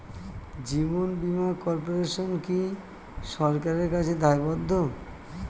জীবন বীমা কর্পোরেশন কি সরকারের কাছে দায়বদ্ধ?